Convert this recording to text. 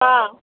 ହଁ